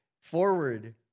forward